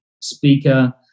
speaker